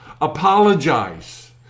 apologize